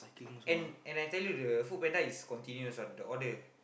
and and I tell you the FoodPanda is continuous one the order